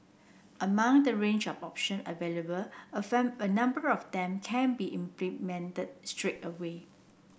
among the range of option available a a number of them can be implemented straight away